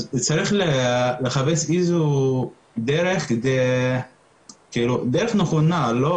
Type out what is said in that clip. אז צריך לחפש דרך כדי נכונה, לא